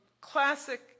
classic